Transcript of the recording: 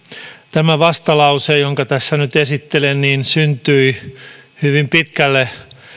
tämä vastalause jonka tässä nyt esittelen syntyi hyvin pitkälle